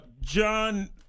John